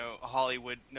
Hollywood